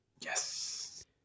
Yes